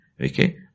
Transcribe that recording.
Okay